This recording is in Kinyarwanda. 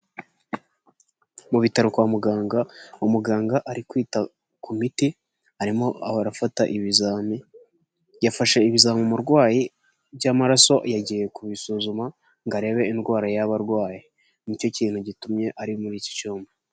Mu bitaro kwa muganga umuganga ari kwita ku miti, arimo ahora afata ibizami, yafashe ibizami umurwayi by'amaraso, yagiye kubisuzuma ngo arebe indwara yaba arwaye, ni cyo kintu gitumye ari muri iki cyuma.